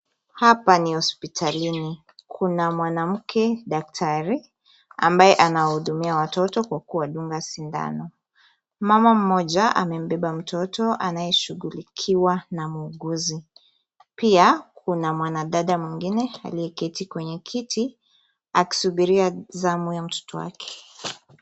Hapa ni hospitalini. Kuna mwanamke daktari ambaye anahudumia watoto kwa kuwadunga sindano. Mama mmoja amembeba mtoto anayeshughulikiwa na muuguzi. Pia, kuna mwanadada mwengine aliyeketi kwenye kiti akisubiria zamu ya mtoto wake.